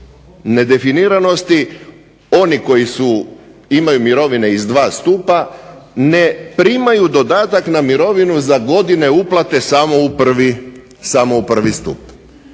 nedefiniranosti oni koji su imaju mirovine iz dva stupa ne primaju dodatak na mirovinu za godine uplate samo u 1. stup.